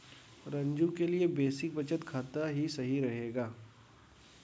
रंजू के लिए बेसिक बचत खाता ही सही रहेगा